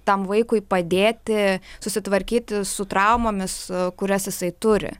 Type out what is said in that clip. tam vaikui padėti susitvarkyti su traumomis kurias jisai turi